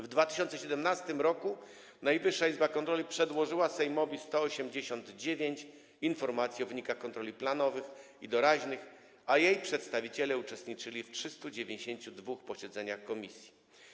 W 2017 r. Najwyższa Izba Kontroli przedłożyła Sejmowi 189 informacji o wynikach kontroli planowych i doraźnych, a jej przedstawiciele uczestniczyli w 392 posiedzeniach komisji.